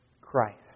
Christ